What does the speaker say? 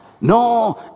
No